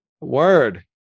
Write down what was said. word